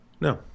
No